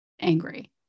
angry